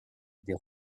des